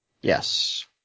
Yes